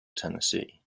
tennessee